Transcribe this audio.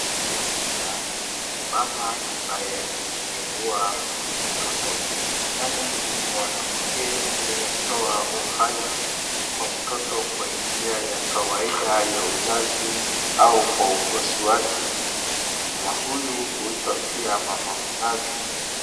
Hapa naona mama ambaye amejifungua mtoto. Yaani mwanamke aliyetoa uhai kwa mtoto kwa njia ya kawaida ya uzazi au kwa upasuaji. Mama huyu huitwa pia mama mzazi.